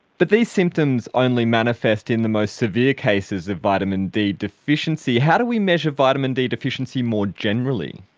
but these symptoms only manifest in the most severe cases of vitamin d deficiency. how do we measure vitamin d deficiency more generally?